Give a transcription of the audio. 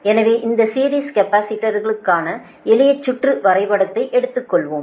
எனவே அந்த சீரிஸ் கேபஸிடர்ஸ்களுக்கான எளிய சுற்று வரைபடத்தை எடுத்துக்கொள்வோம்